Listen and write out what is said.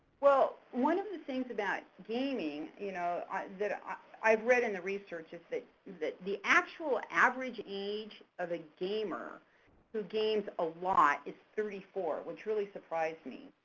well, one of the things about gaming you know that i read in the research is that is that the actual average age of a gamer who games a lot is thirty four, which really surprised me.